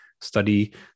Study